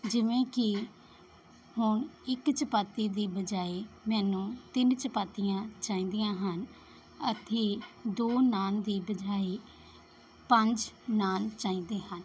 ਜਿਵੇਂ ਕਿ ਹੁਣ ਇੱਕ ਚਪਾਤੀ ਦੀ ਬਜਾਏ ਮੈਨੂੰ ਤਿੰਨ ਚਪਾਤੀਆਂ ਚਾਹੀਦੀਆਂ ਹਨ ਅਤੇ ਦੋ ਨਾਨ ਦੀ ਬਜਾਏ ਪੰਜ ਨਾਨ ਚਾਹੀਦੇ ਹਨ